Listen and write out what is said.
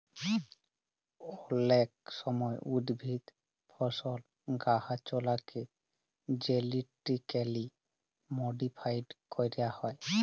অলেক সময় উদ্ভিদ, ফসল, গাহাচলাকে জেলেটিক্যালি মডিফাইড ক্যরা হয়